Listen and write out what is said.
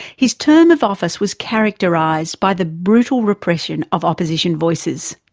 his term of office was characterised by the brutal repression of opposition voices.